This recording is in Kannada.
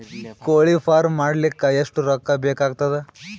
ಕೋಳಿ ಫಾರ್ಮ್ ಮಾಡಲಿಕ್ಕ ಎಷ್ಟು ರೊಕ್ಕಾ ಬೇಕಾಗತದ?